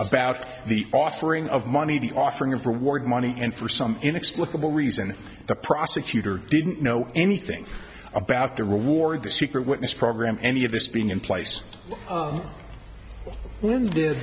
about the offering of money the offering of reward money and for some inexplicable reason the prosecutor didn't know anything about the reward the secret witness program any of this being in place when did